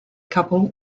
couple